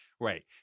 Right